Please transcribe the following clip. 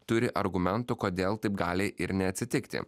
turi argumentų kodėl taip gali ir neatsitikti